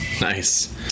Nice